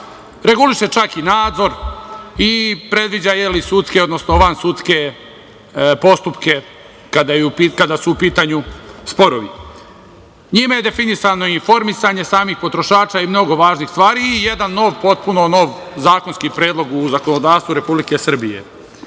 reguliše čak i nadzor i predviđa sudske, odnosno vansudske postupke kada su u pitanju sporovi, njime je definisano i informisanje samih potrošača i mnogo važnih stvari i jedan potpuno nov zakonski predlog u zakonodavstvu Republike Srbije.Međutim